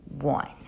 one